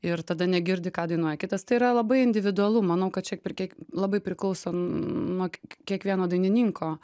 ir tada negirdi ką dainuoja kitas tai yra labai individualu manau kad čia per kiek labai priklauso nuo k kiekvieno dainininko